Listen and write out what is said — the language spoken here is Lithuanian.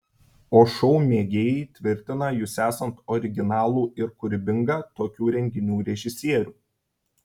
o šou mėgėjai tvirtina jus esant originalų ir kūrybingą tokių renginių režisierių